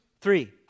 three